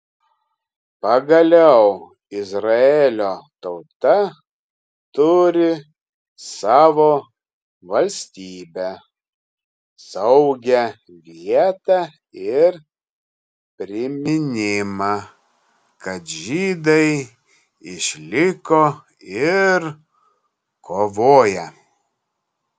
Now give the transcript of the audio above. pagaliau izraelio tauta turi savo valstybę saugią vietą ir priminimą kad žydai išliko ir kovoja